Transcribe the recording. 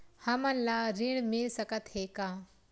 हमन ला ऋण मिल सकत हे का?